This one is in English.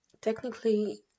technically